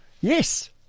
Yes